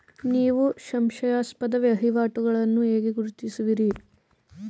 ನೀವು ಸಂಶಯಾಸ್ಪದ ವಹಿವಾಟುಗಳನ್ನು ಹೇಗೆ ಗುರುತಿಸುವಿರಿ?